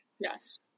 Yes